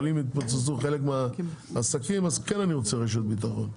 אבל אם יתפוצצו חלק מהעסקים אז כן אני רוצה רשת ביטחון.